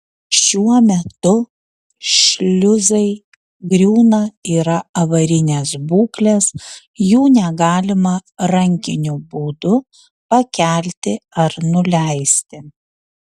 šiuo metu šliuzai griūna yra avarinės būklės jų negalima rankiniu būdu pakelti ar nuleisti